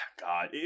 God